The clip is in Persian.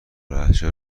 لهجه